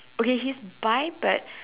okay he's buy but